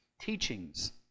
teachings